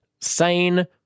sane